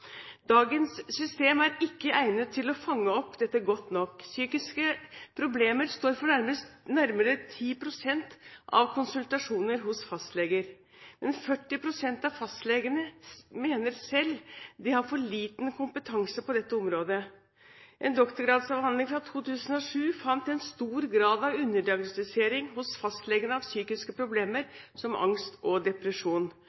Dagens system er ikke egnet til å fange opp dette godt nok. Psykiske problemer står for nærmere 10 pst. av konsultasjonene hos fastleger, men 40 pst. av fastlegene mener selv de har for lite kompetanse på dette området. En doktorgradsavhandling fra 2007 fant at fastleger i stor grad underdiagnostiserte psykiske